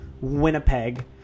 Winnipeg